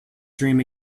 dream